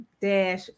Dash